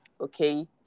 Okay